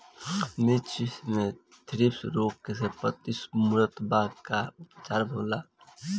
मिर्च मे थ्रिप्स रोग से पत्ती मूरत बा का उपचार होला?